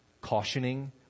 cautioning